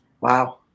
Wow